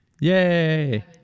Yay